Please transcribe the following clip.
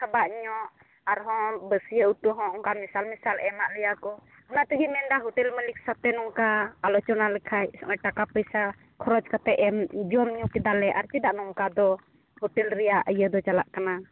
ᱥᱟᱵᱟᱜ ᱧᱚᱜ ᱟᱨᱦᱚᱸ ᱵᱟᱹᱥᱭᱟᱹ ᱩᱛᱩ ᱦᱚᱸ ᱚᱝᱠᱟ ᱢᱮᱥᱟᱞ ᱢᱮᱥᱟᱞ ᱮᱢᱟᱜ ᱞᱮᱭᱟᱠᱚ ᱚᱱᱟᱛᱮᱜᱮᱧ ᱢᱮᱱᱫᱟ ᱦᱳᱴᱮᱞ ᱢᱟᱹᱞᱤᱠ ᱥᱟᱛᱮ ᱱᱚᱝᱠᱟ ᱟᱞᱳᱪᱚᱱᱟ ᱞᱮᱠᱷᱟᱡ ᱱᱚᱜᱼᱚᱭ ᱴᱟᱠᱟᱼᱯᱚᱭᱥᱟ ᱠᱷᱚᱨᱚᱪ ᱠᱟᱛᱮᱫ ᱮᱢ ᱡᱚᱢᱼᱧᱩ ᱠᱮᱫᱟᱞᱮ ᱟᱨᱠᱤ ᱪᱮᱫᱟᱜ ᱱᱚᱝᱠᱟ ᱫᱚ ᱦᱳᱴᱮᱞ ᱨᱮᱭᱟᱜ ᱤᱭᱟᱹ ᱫᱚ ᱪᱟᱞᱟᱜ ᱠᱟᱱᱟ